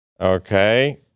Okay